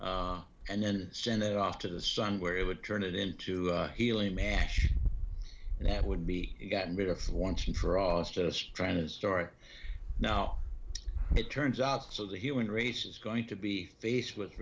and then send it off to the sun where it would turn it into healing mash that would be gotten rid of once and for all students trying to start now it turns out so the human race is going to be faced with